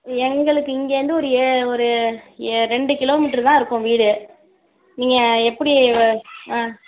எங்களுக்கு இங்கேருந்து ஒரு ஏ ஒரு ஏ ரெண்டு கிலோமீட்ரு தான் இருக்கும் வீடு நீங்கள் எப்படி ஆ